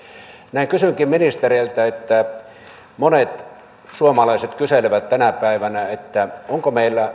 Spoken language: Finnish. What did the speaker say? näin kysynkin ministereiltä monet suomalaiset kyselevät sitä tänä päivänä minkälainen lainsäädäntö meillä